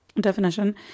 definition